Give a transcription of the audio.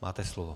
Máte slovo.